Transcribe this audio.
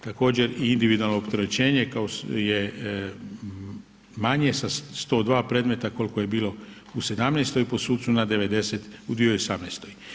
Također i individualno opterećenje kao je manje sa 102 predmeta koliko je bilo u '17. po sucu na 90 u 2018.